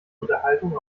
unterhaltung